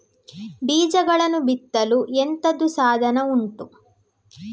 ಬೀಜಗಳನ್ನು ಬಿತ್ತಲು ಎಂತದು ಸಾಧನ ಉಂಟು?